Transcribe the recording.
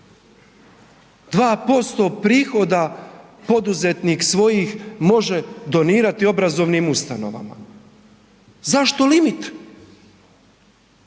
2% prihoda poduzetnik svojih može donirati obrazovnim ustanovama. Zašto limit?